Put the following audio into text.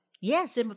Yes